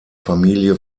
familie